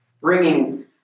bringing